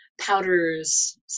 powders